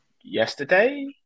yesterday